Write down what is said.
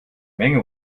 menge